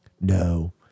No